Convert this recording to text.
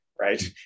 right